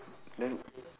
then